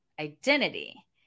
identity